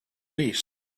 least